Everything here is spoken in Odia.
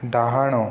ଡାହାଣ